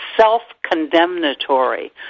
self-condemnatory